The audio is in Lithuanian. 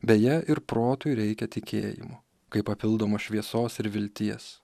beje ir protui reikia tikėjimo kaip papildomą šviesos ir vilties